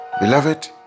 Beloved